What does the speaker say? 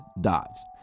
dots